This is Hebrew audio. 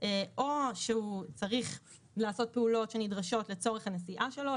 או שהוא צריך לעשות פעולות שנדרשות לצורך הנסיעה שלו,